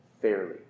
fairly